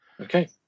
Okay